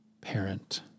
parent